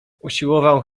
usiłował